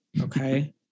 okay